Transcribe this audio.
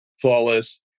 Flawless